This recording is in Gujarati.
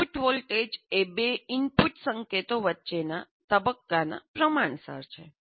આઉટપુટ વોલ્ટેજ એ બે ઇનપુટ સંકેતો વચ્ચેના તબક્કાના પ્રમાણસર છે